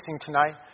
tonight